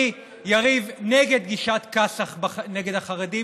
אני, יריב, נגד גישת כאסח נגד החרדים.